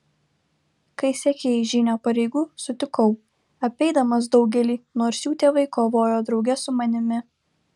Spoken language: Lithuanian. kai siekei žynio pareigų sutikau apeidamas daugelį nors jų tėvai kovojo drauge su manimi